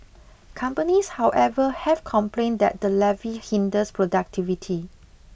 companies however have complained that the levy hinders productivity